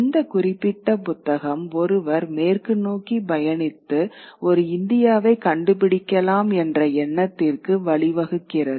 இந்த குறிப்பிட்ட புத்தகம் ஒருவர் மேற்கு நோக்கி பயணித்து ஒரு இந்தியாவைக் கண்டுபிடிக்கலாம் என்ற எண்ணத்திற்கு வழி வகுக்கிறது